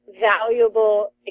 valuable